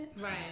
Right